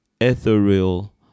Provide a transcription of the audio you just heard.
Ethereal